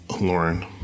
lauren